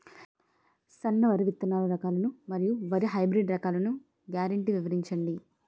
సన్న వరి విత్తనాలు రకాలను మరియు వరి హైబ్రిడ్ రకాలను గ్యారంటీ వివరించండి?